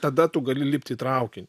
tada tu gali lipti į traukinį